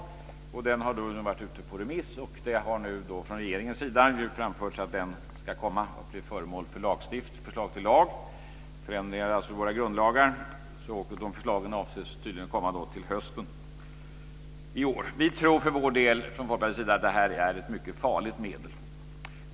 Detta betänkande har nu varit ute på remiss, och regeringen har framfört att det ska komma att bli föremål för förslag till lagstiftning, dvs. förändringar i våra grundlagar. Förslagen avses tydligen komma till hösten i år. Vi i Folkpartiet tror för vår del att det här är ett mycket farligt medel.